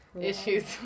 issues